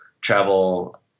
travel